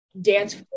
dance